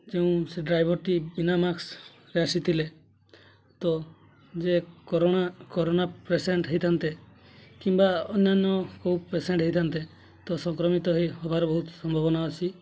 ଯେଉଁ ସେ ଡ୍ରାଇଭର୍ଟି ବିନା ମାସ୍କ୍ରେ ଆସିଥିଲେ ତ ଯେ କରୋନା କରୋନା ପେସେଣ୍ଟ୍ ହୋଇଥାନ୍ତେ କିମ୍ବା ଅନ୍ୟାନ୍ୟ କେଉଁ ପେସେଣ୍ଟ୍ ହୋଇଥାନ୍ତେ ତ ସଂକ୍ରମିତ ହୋଇ ହେବାର ବହୁତ ସମ୍ଭବନା ଅଛି